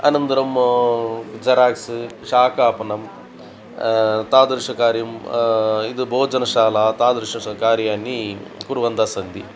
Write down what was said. अनन्तरं जेराक्स् शाखापणं तादृशकार्यम् इद् भोजनशाला तादृश कार्याणि कुर्वन् सन्ति